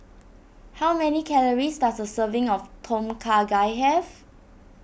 how many calories does a serving of Tom Kha Gai have